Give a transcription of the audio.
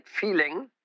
feeling